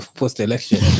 post-election